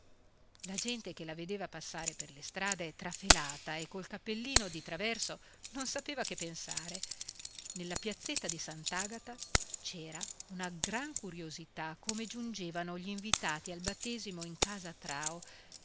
la gente che la vedeva passare per le strade trafelata e col cappellino di traverso non sapeva che pensare nella piazzetta di sant'agata c'era una gran curiosità come giungevano gli invitati al battesimo in casa trao